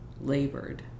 labored